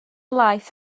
laeth